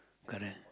correct